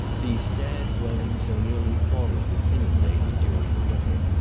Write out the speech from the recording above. these sad dwellings are nearly all of them inundated during the winter,